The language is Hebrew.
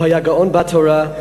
הוא היה גאון בתורה,